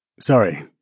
Sorry